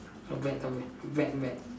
not bad not bad vet vet